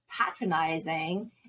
patronizing